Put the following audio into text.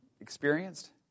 experienced